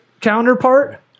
counterpart